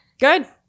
Good